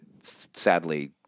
sadly